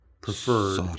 preferred